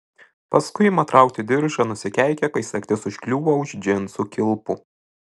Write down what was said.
paskui ima traukti diržą nusikeikia kai sagtis užkliūva už džinsų kilpų